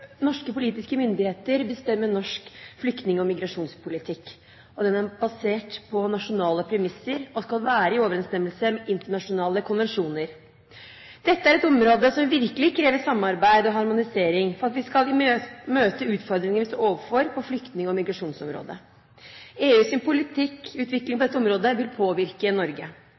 Norske politiske myndigheter bestemmer norsk flyktning- og migrasjonspolitikk. Den er basert på nasjonale premisser, og skal være i overensstemmelse med internasjonale konvensjoner. Dette er et område som virkelig krever samarbeid og harmonisering for at vi skal møte de utfordringene vi står overfor på flyktning- og migrasjonsområdet. EUs politikkutvikling på dette området vil påvirke Norge. Videreutviklingen av EUs lovgivning vil medføre endringer på saksområdene som Norge